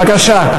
בבקשה.